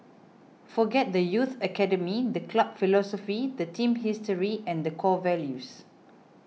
forget the youth academy the club philosophy the team's history and the core values